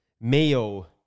Mayo